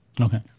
Okay